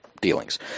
dealings